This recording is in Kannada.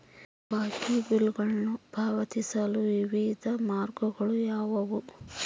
ಬಾಕಿ ಬಿಲ್ಗಳನ್ನು ಪಾವತಿಸಲು ವಿವಿಧ ಮಾರ್ಗಗಳು ಯಾವುವು?